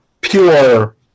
pure